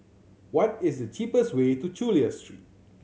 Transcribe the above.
what is the cheapest way to Chulia Street